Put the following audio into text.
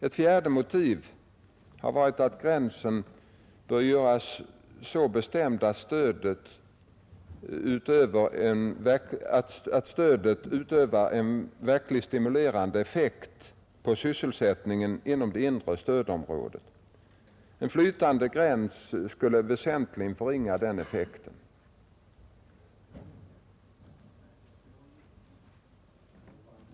Ett fjärde motiv har varit att gränsen bör göras så bestämd, att stödet utövar en verkligt stimulerande effekt på sysselsättningen inom det inre stödområdet. En flytande gräns skulle väsentligt förringa denna effekt.